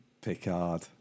Picard